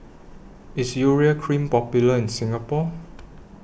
IS Urea Cream Popular in Singapore